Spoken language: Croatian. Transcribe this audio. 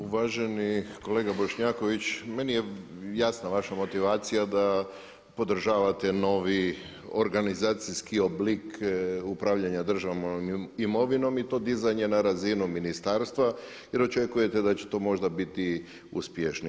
Uvaženi kolega Bošnjakovih, meni je jasna vaša motivacija da podržavate novi organizacijski oblik upravljanja državnom imovinom i to dizanje na razinu ministarstva jer očekujete da će to možda biti uspješnije.